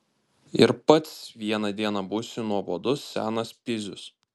ir pats vieną dieną būsi nuobodus senas pizius